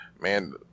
man